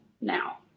now